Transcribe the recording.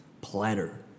platter